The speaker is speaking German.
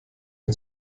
mir